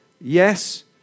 Yes